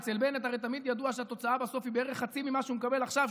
אצל בנט הרי תמיד ידוע שהתוצאה בסוף היא בערך חצי ממה שהוא מקבל עכשיו.